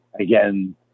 again